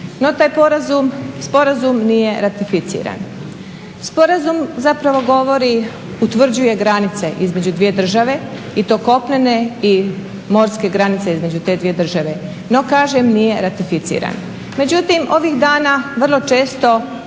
no taj sporazum nije ratificiran. Sporazum zapravo utvrđuje granice između dvije države i to kopnene i morske granice između te dvije države, no kažem nije ratificiran. Međutim, ovih dana vrlo često